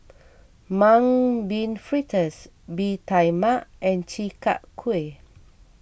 Mung Bean Fritters Bee Tai Mak and Chi Kak Kuih